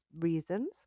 reasons